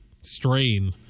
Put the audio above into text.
strain